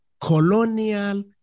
colonial